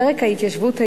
פרק ההתיישבות העברית,